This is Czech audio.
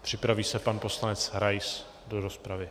Připraví se pan poslanec Rais do rozpravy.